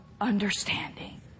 understanding